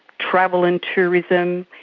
travel and tourism,